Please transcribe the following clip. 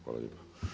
Hvala lijepo.